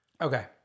okay